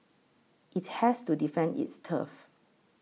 it's has to defend its turf